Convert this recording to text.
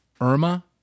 Irma